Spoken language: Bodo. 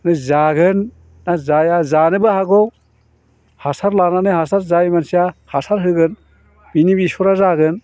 बे जागोन ना जाया जानोबो हागौ हासार लानानै हासार जाय मानसिया हासार होगोन बिनि बेसरआ जागोन